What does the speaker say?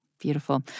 Beautiful